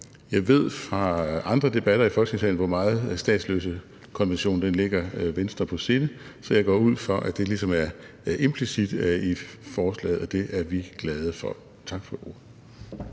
jeg ved fra andre debatter i Folketingssalen, hvor meget statsløsekonventionen ligger Venstre på sinde, så jeg går ud fra, at det ligesom er implicit i forslaget, og det er vi glade for. Tak for ordet.